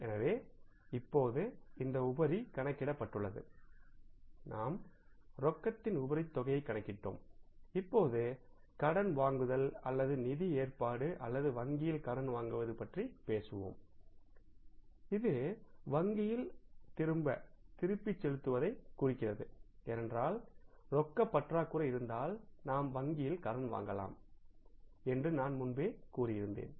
எனவே இப்போது இந்த உபரி கணக்கிடப்பட்டுள்ளது நாம் ரொக்கத்தின் உபரி தொகையை கணக்கிட்டோம் இப்போது கடன் வாங்குதல் அல்லது நிதி ஏற்பாடு அல்லது வங்கியில் கடன் வாங்குவது பற்றி பேசுவோம்இது வங்கியில் திருப்பிச் செலுத்துவதைக் குறிக்கிறது ஏனென்றால் ரொக்க பற்றாக்குறை இருந்தால் நாம் வங்கியில் கடன் வாங்கலாம் என்று நான் முன்பே கூறியிருந்தேன்